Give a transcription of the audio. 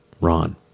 Ron